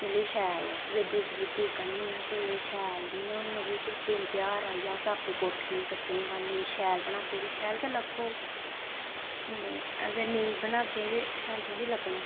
ते सफेदी करने होन्ने ते मतलब कि शैल इंया कि ते जियां दिन ध्यारें च अस अपनी कोठियें गी शैल बनागे ते शैल गै लग्गग ते अगर नेईं बनागे ते शैल थोह्ड़े लग्गना